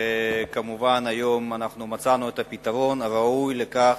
וכמובן, היום אנחנו מצאנו את הפתרון הראוי לכך,